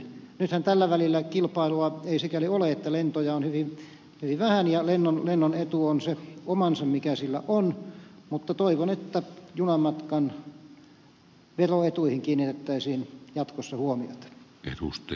nythän tällä välillä kilpailua ei sikäli ole että lentoja on hyvin vähän ja lennon etu on se omansa mikä sillä on mutta toivon että junamatkan veroetuihin kiinnitettäisiin jatkossa huomiota